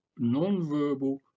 nonverbal